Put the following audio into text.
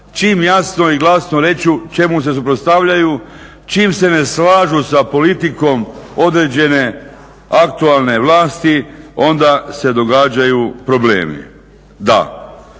čim jasno i glasno kažu čemu se suprotstavljaju, čim se ne slažu sa politikom određene aktualne vlasti onda se događaju problemi. Da,